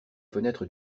fenêtres